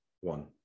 one